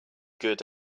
good